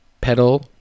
pedal